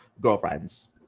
girlfriends